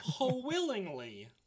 willingly